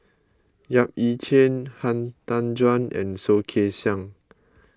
Yap Ee Chian Han Tan Juan and Soh Kay Siang